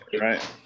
right